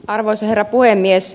arvoisa herra puhemies